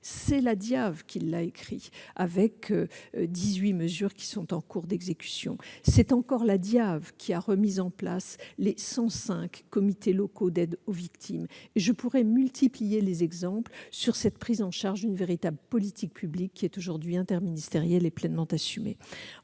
C'est la DIAV qui l'a écrit, avec ses 18 mesures qui sont en cours d'exécution ; c'est encore la DIAV qui a remis en place les 105 comités locaux d'aide aux victimes. Je pourrais multiplier les exemples sur cette prise en charge d'une véritable politique publique, qui est aujourd'hui interministérielle et pleinement assumée.